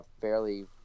fairly